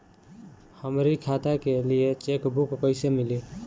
हमरी खाता के लिए चेकबुक कईसे मिली?